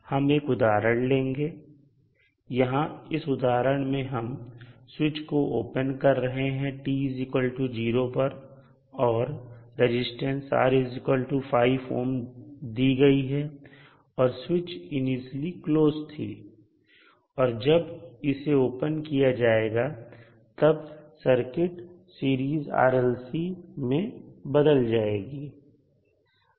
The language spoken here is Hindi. हम एक उदाहरण लेंगे यहां इस उदाहरण में हम स्विच को ओपन कर रहे हैं t0 पर और रजिस्टेंस R 5ohm दी गई है और स्विच इनिशियली क्लोज थी और जब इसे ओपन किया जाएगा तब सर्किट सीरीज RLC में बदल जाएगी